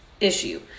issue